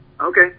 Okay